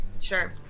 Sure